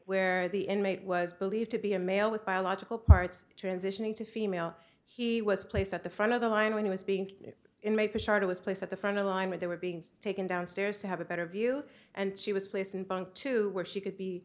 where the inmate was believed to be a male with biological parts transitioning to females he was placed at the front of the line when he was being made for started his place at the front of the line when they were being taken downstairs to have a better view and she was pleased to where she could be